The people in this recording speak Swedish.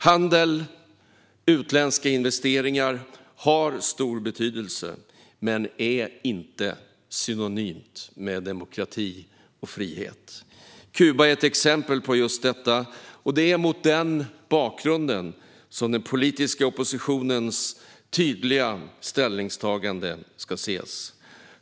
Handel och utländska investeringar har stor betydelse men är inte synonymt med demokrati och frihet. Kuba är ett exempel på just detta, och det är mot den bakgrunden som den politiska oppositionens tydliga ställningstagande ska ses.